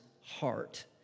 heart